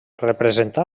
representà